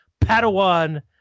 Padawan